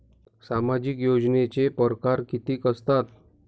सामाजिक योजनेचे परकार कितीक असतात?